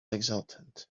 exultant